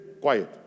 quiet